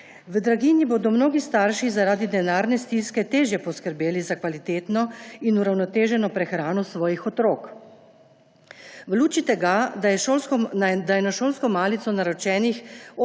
V draginji bodo mnogi starši zaradi denarne stiske težje poskrbeli za kvalitetno in uravnoteženo prehrano svojih otrok. V luči tega, da je na šolsko malico naročenih